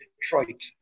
Detroit